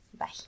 Bye